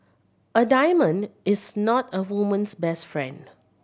a diamond is not a woman's best friend